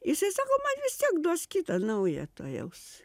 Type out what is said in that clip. jisai sako man vis tiek duos kitą naują tojaus